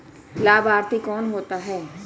लाभार्थी कौन होता है?